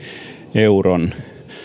euron